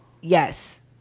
yes